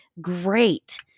Great